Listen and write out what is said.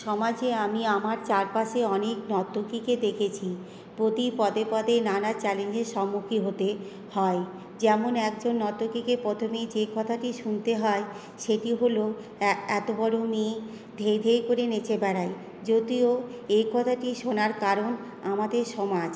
সমাজে আমি আমার চারপাশে অনেক নর্তকীকে দেখেছি প্রতি পদে পদে নানা চ্যালেঞ্জের সম্মুখীন হতে হয় যেমন একজন নর্তকীকে প্রথমেই যে কথাটা শুনতে হয় সেটি হলো এ এতো বড়ো মেয়ে ধেই ধেই করে নেচে বেড়ায় যদিও এই কথাটি শোনার কারণ আমাদের সমাজ